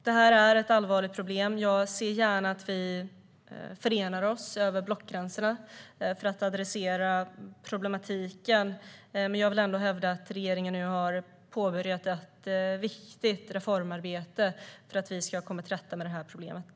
Detta är alltså ett allvarligt problem, och jag ser gärna att vi förenar oss över blockgränserna för att adressera problematiken. Men jag vill ändå hävda att regeringen har påbörjat ett viktigt reformarbete för att komma till rätta med problemet.